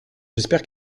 j’espère